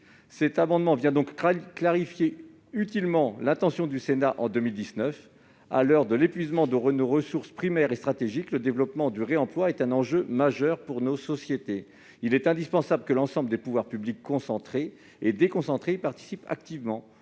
Cet amendement vise donc à clarifier utilement l'intention du Sénat exprimée en 2019. À l'heure de l'épuisement de nos ressources primaires et stratégiques, le développement du réemploi est un enjeu majeur pour nos sociétés. Il est indispensable que l'ensemble des pouvoirs publics, qu'ils soient centraux ou déconcentrés, y participent activement